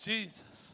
Jesus